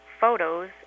photos